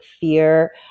fear